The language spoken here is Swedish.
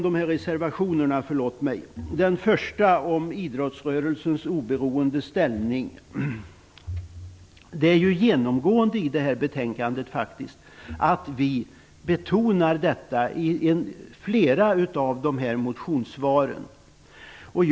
Den första handlar om idrottsrörelsens oberoende ställning. Det är en fråga som vi faktiskt genomgående betonar i flera av motionssvaren i betänkandet.